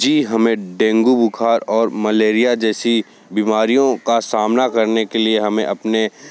जी हमें डेंगू बुखार और मलेरिया जैसी बीमारियों का सामना करने के लिए हमें अपने